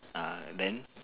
ah then